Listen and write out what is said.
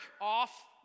off